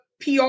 PR